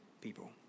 people